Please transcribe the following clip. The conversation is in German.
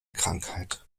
krankheit